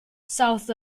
south